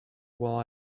while